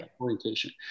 orientation